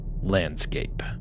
landscape